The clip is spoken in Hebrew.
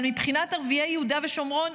אבל מבחינת ערביי יהודה ושומרון,